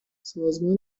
سازمان